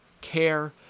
care